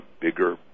bigger